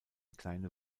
kleine